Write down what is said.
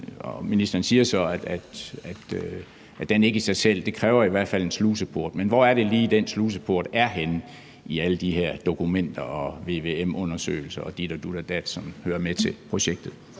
og ministeren siger så, at det i hvert fald kræver en sluseport. Men hvor er det lige, den her sluseport er henne i alle de her dokumenter og vvm-undersøgelser og dit og dut og dat, som hører med til projektet?